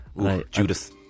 Judas